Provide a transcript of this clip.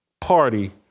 party